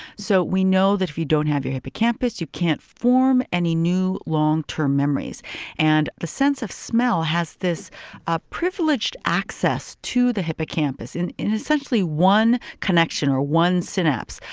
so we know that if you don't have your hippocampus, you can't form any new long-term memories and the sense of smell has this ah privileged access to the hippocampus in in essentially one connection or one synapse.